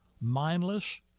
mindless